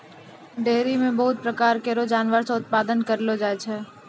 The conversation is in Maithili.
डेयरी म बहुत प्रकार केरो जानवर से उत्पादन करलो जाय छै